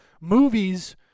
movies